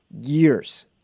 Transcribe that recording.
years